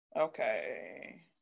Okay